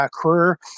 career